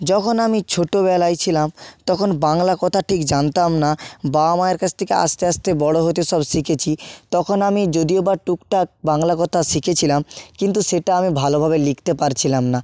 যখন আমি ছোটোবেলায় ছিলাম তখন বাংলা কথা ঠিক জানতাম না বাবা মায়ের কাছ থেকে আস্তে আস্তে বড় হতে সব শিখেছি তখন আমি যদিও বা টুকটাক বাংলা কথা শিখেছিলাম কিন্তু সেটা আমি ভালোভাবে লিখতে পারছিলাম না